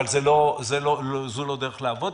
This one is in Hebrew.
אבל זו לא דרך לעבודה,